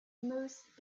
most